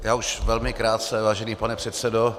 Já už velmi krátce, vážený pane předsedo.